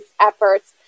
efforts